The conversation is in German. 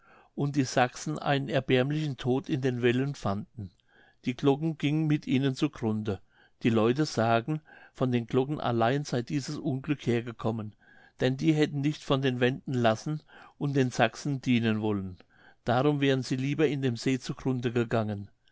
und die sachsen einen erbärmlichen tod in den wellen fanden die glocken gingen mit ihnen zu grunde die leute sagen von den glocken allein sey dieses unglück hergekommen denn die hätten nicht von den wenden lassen und den sachsen dienen wollen darum wären sie lieber in dem see zu grunde gegangen